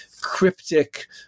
cryptic